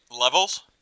Levels